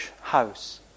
house